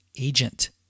agent